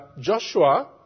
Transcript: Joshua